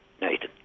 Nathan